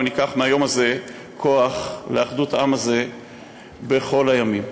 וניקח מהיום הזה כוח לאחדות העם הזה בכל הימים.